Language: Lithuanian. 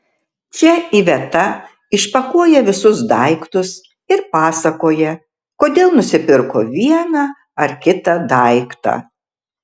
čia iveta išpakuoja visus daiktus ir pasakoja kodėl nusipirko vieną ar kitą daiktą